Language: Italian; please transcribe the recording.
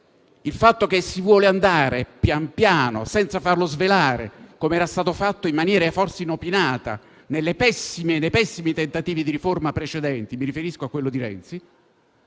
al fatto che si voglia andare pian piano, senza svelarlo come già fatto in maniera forse inopinata nei pessimi tentativi di riforma precedenti - mi riferisco a quello di Renzi